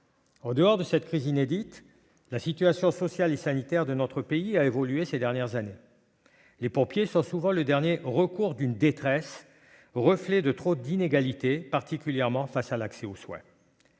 En dehors de cette crise inédite, la situation sociale et sanitaire de notre pays a évolué ces dernières années. Les pompiers sont souvent le dernier recours face à une détresse qui reflète de trop nombreuses inégalités, particulièrement face à l'accès aux soins.